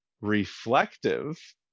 reflective